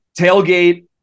tailgate